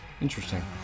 Interesting